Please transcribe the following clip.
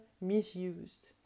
misused